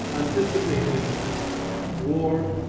anticipated war,